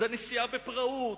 הנסיעה בפראות,